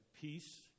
peace